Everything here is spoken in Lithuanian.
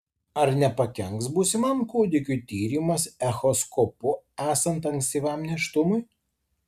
ar nepakenks būsimam kūdikiui tyrimas echoskopu esant ankstyvam nėštumui